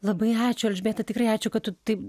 labai ačiū elžbieta tikrai ačiū kad tu taip